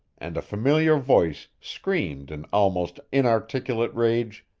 and a familiar voice screamed in almost inarticulate rage